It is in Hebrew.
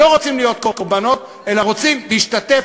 שלא רוצים להיות קורבנות אלא רוצים להשתתף